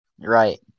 Right